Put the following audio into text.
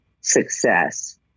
success